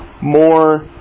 More